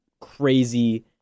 crazy